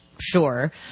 Sure